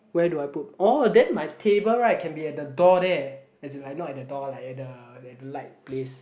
where do I put oh then my table right can be at the door there as in like not at the door lah at the light place